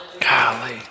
Golly